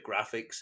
graphics